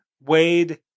Wade